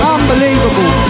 Unbelievable